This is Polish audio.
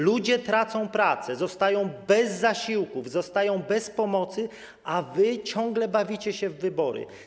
Ludzie tracą pracę, zostają bez zasiłków, zostają bez pomocy, a wy ciągle bawicie się w wybory.